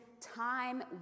time